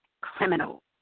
criminal